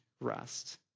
rest